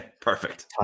Perfect